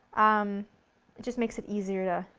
um it just makes it easier to